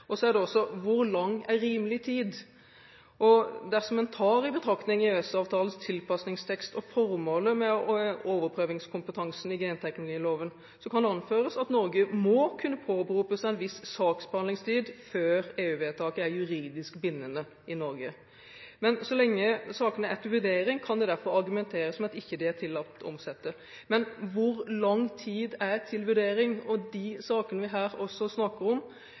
Så er det også: Hvor lenge er «rimelig tid»? Dersom en tar i betraktning EØS-avtalens tilpasningstekst og formålet med overprøvingskompetansen i genteknologiloven, kan det anføres at Norge må kunne påberope seg en viss saksbehandlingstid før EU-vedtaket er juridisk bindende i Norge. Men så lenge sakene er til vurdering, kan det derfor argumenteres med at GMO-er ikke er tillatt å omsette. Men hvor lang tid skal det være til vurdering? De sakene vi her også snakker om,